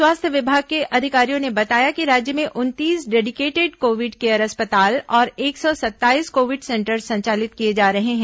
स्वास्थ्य विमाग के अधिकारियों ने बताया कि राज्य में उनतीस डेडिकेटेड कोविड केयर अस्पताल और एक सौ सत्ताईस कोविड सेंटर संचालित किए जा रहे हैं